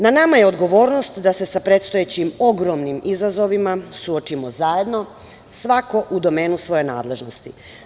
Na nama je odgovornost da se sa predstojećim ogromnim izazovima suočimo zajedno, svako u domenu svoje nadležnosti.